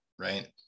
right